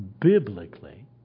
biblically